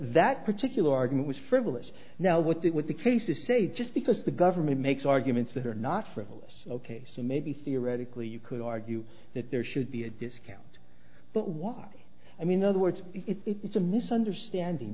that particular argument was frivolous now what it was the case to say just because the government makes arguments that are not frivolous ok so maybe theoretically you could argue that there should be a discount but what i mean other words it's a misunderstanding